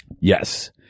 Yes